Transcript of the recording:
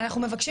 אנחנו מבקשים